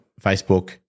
Facebook